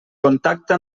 contacta